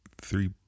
three